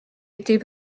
était